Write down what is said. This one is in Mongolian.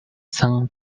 сан